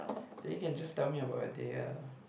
then you can just tell me about your day ah